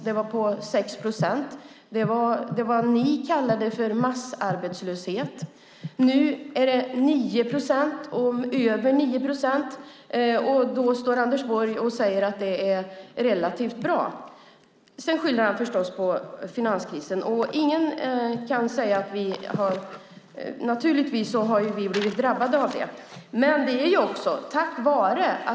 Den låg på 6 procent. Det kallade ni för massarbetslöshet. Nu är den över 9 procent, och då säger Anders Borg att det är relativt bra. Sedan skyller han förstås på finanskrisen. Vi har naturligtvis blivit drabbade av den.